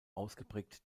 ausgeprägt